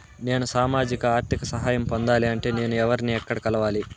నేను సామాజిక ఆర్థిక సహాయం పొందాలి అంటే నేను ఎవర్ని ఎక్కడ కలవాలి?